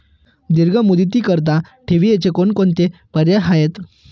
दीर्घ मुदतीकरीता ठेवीचे कोणकोणते पर्याय आहेत?